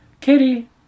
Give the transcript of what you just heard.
kitty